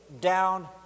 down